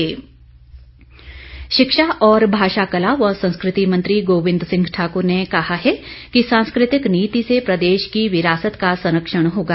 गोविंद शिक्षा और भाषा कला व संस्कृति मंत्री गोविंद सिंह ठाकुर ने कहा है कि सांस्कृतिक नीति से प्रदेश की विरासत का संरक्षण होगा